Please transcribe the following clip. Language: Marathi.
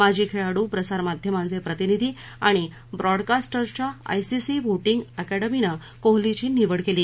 माजी खेळाडू प्रसार माध्यमांचे प्रतिनिधी आणि ब्रॉडकास्टर्संघ्या आयसीसी व्होटींग एकॅंडमीनं कोहलीची निवड केली